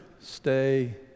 stay